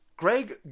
Greg